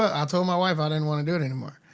i told my wife i didn't want to do it anymore.